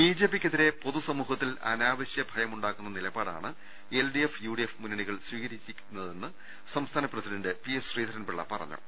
B J പിക്കെതിരെ പൊതുസമൂഹത്തിൽ അനാവശ്യ ഭയമുണ്ടാ ക്കുന്ന നിലപാടാണ് L D F U D F മുന്നണികൾ സ്വീകരി ച്ചിരിക്കുന്നതെന്ന് സംസ്ഥാന പ്രസിഡന്റ് പി എസ് ശ്രീധരൻപിള്ള പറഞ്ഞു